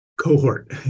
cohort